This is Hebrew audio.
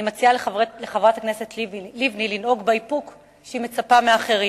אני מציעה לחברת הכנסת לבני לנהוג באיפוק שהיא מצפה מאחרים,